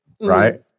right